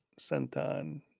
Senton